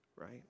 right